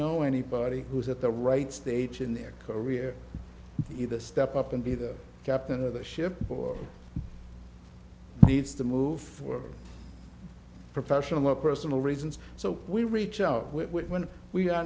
know anybody who is at the right stage in their career either step up and be the captain of the ship or needs to move for professional or personal reasons so we reach out when we are